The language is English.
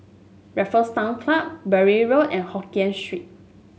Raffles Town Club Bury Road and Hokien Street